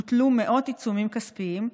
הוטלו מאות עיצומים כספיים,